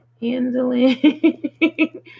Handling